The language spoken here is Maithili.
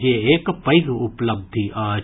जे एक पैघ उपलब्धि अछि